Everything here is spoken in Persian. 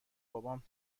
بابام